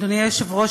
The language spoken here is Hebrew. אדוני היושב-ראש,